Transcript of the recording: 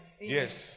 Yes